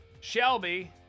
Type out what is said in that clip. shelby